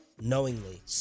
knowingly